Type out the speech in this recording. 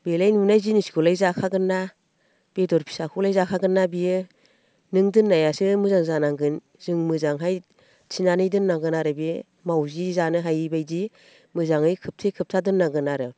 बेलाय नुनाय जिनिसखौलाय जाखागोनना बेदर फिसाखौलाय जाखागोनना बियो नों दोननायासो मोजां जानांगोन जों मोजांहाय थिनानै दोननांगोन आरो बे मावजि जानो हायि बायदि मोजाङै खोबथे खोबथा दोननांगोन आरो